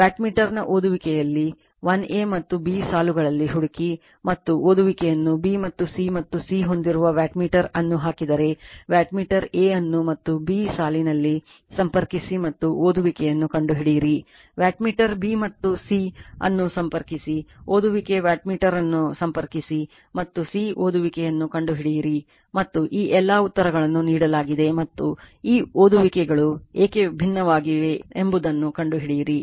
ವಾಟ್ಮೀಟರ್ನ ಓದುವಿಕೆಯಲ್ಲಿ 1 a ಮತ್ತು b ಸಾಲುಗಳಲ್ಲಿ ಹುಡುಕಿ ಮತ್ತು ಓದುವಿಕೆಯನ್ನು b ಮತ್ತು c ಮತ್ತು c ಹೊಂದಿರುವ ವಾಟ್ಮೀಟರ್ ಅನ್ನು ಹಾಕಿದರೆ ವಾಟ್ಮೀಟರ್ a ಅನ್ನು ಮತ್ತು b ಸಾಲಿನಲ್ಲಿ ಸಂಪರ್ಕಿಸಿ ಮತ್ತು ಓದುವಿಕೆಯನ್ನು ಕಂಡುಹಿಡಿಯಿರಿ ವಾಟ್ಮೀಟರ್ b ಮತ್ತು ಸc ಅನ್ನು ಸಂಪರ್ಕಿಸಿ ಓದುವಿಕೆ ವಾಟ್ಮೆಟ್ರವನ್ನು ಸಂಪರ್ಕಿಸಿ ಮತ್ತು c ಓದುವಿಕೆಯನ್ನು ಕಂಡುಹಿಡಿಯಿರಿ ಮತ್ತು ಈ ಎಲ್ಲಾ ಉತ್ತರಗಳನ್ನು ನೀಡಲಾಗಿದೆ ಮತ್ತು ಈ ಓದುವಿಕೆಗಳು ಏಕೆ ಭಿನ್ನವಾಗಿವೆ ಎಂಬುದನ್ನು ಕಂಡುಹಿಡಿಯಿರಿ